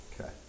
Okay